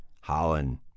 holland